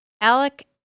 Alec